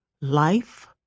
life